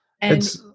And-